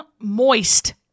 moist